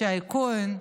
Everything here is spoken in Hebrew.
ישי כהן,